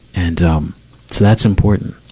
and, um, so that's important.